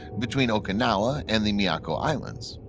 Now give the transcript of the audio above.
between okinawa and the miyako islands.